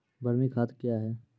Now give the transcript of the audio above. बरमी खाद कया हैं?